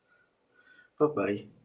bye bye